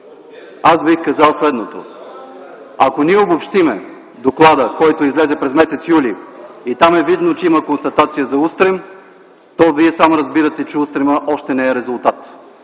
аз бих казал следното: ако ние обобщим доклада, който излезе през м. юли и там е видно, че има констатация за устрем, то Вие сам разбирате, че устремът още не е резултат.